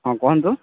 ହଁ କୁହନ୍ତୁ